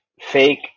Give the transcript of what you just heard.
fake